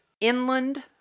inland